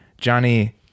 Johnny